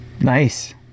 Nice